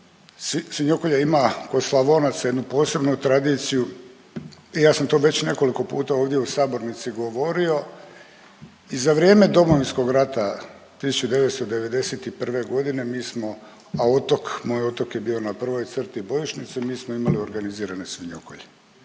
svinokolja ima kod Slavonaca jednu posebnu tradiciju i ja sam to već nekoliko puta ovdje u sabornici govorio. I za vrijeme Domovinskog rata 1991. godine mi smo, a Otok, moj Otok je bio na prvoj crti bojišnice mi smo imali organizirane svinjokolje.